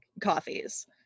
coffees